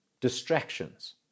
distractions